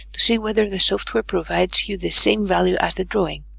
see whether the software provides you the same value as the drawing.